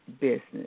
business